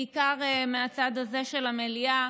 בעיקר מהצד הזה של המליאה,